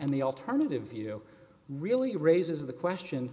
and the alternative view really raises the question